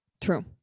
True